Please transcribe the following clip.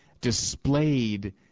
displayed